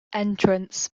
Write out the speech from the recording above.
entrance